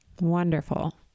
Wonderful